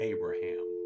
Abraham